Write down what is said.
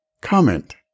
Comment